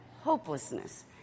hopelessness